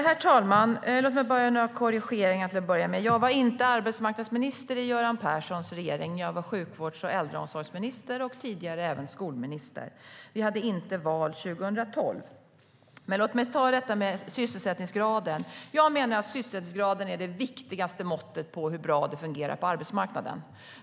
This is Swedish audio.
Herr talman! Låt mig göra några korrigeringar till att börja med. Jag var inte arbetsmarknadsminister i Göran Perssons regering. Jag var sjukvårds och äldreomsorgsminister och tidigare även skolminister. Vi hade inte val 2012. Låt mig ta detta med sysselsättningsgraden. Jag menar att sysselsättningsgraden är det viktigaste måttet på hur bra det fungerar på arbetsmarknaden.